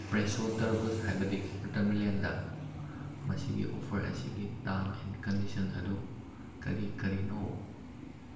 Fresho ꯇꯔꯕꯨꯖ ꯍꯥꯏꯕꯗꯤ ꯋꯥꯇꯔꯃꯤꯂꯟꯗ ꯃꯁꯤꯒꯤ ꯑꯣꯐꯔ ꯑꯁꯤꯒꯤ ꯇꯥꯝ ꯑꯦꯟ ꯀꯟꯗꯤꯁꯟ ꯑꯗꯨ ꯀꯔꯤ ꯀꯔꯤꯅꯣ